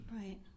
right